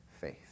faith